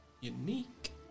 unique